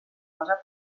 cosa